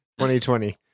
2020